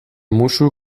musu